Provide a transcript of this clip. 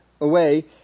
away